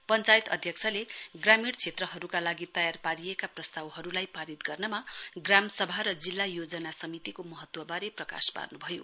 पञ्चायत अध्यक्षले ग्रामीण क्षेत्रहरुका लागि तयार पारिएका प्रस्तावहरुलाई पारित गर्नमा ग्राम सभा र जिल्ला योजना समितिको महत्वारे प्रकाश पार्नुभयो